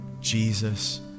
Jesus